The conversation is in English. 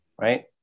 Right